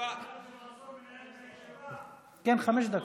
בגלל שהתראיינת לערוץ 20. כן, חמש דקות.